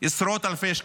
עשרות-אלפי שקלים.